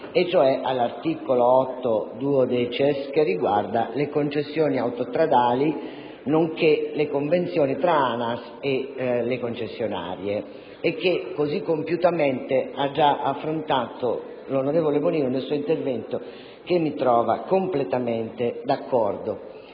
cioè all'articolo 8-*duodecies,* riguardante le concessioni autostradali, nonché le convenzioni tra ANAS e concessionarie, che così compiutamente ha già affrontato la presidente Bonino nel suo intervento con cui sono completamente d'accordo.